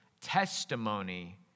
testimony